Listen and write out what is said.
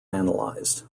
analyzed